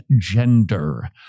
gender